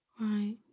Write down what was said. Right